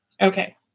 Okay